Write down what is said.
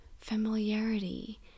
familiarity